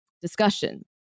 discussion